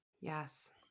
Yes